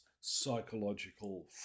psychological